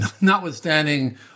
notwithstanding